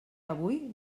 avui